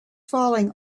falling